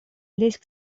лезь